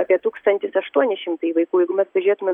apie tūkstantis aštuoni šimtai vaikų jeigu mes pažiūrėtumėm